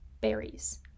berries